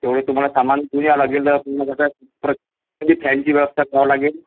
तेवढं तुम्हाला सामान घेऊन यावं लागेल पण मग कसं प्रत्येक फॅनची व्यवस्था करावं लागेल